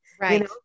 Right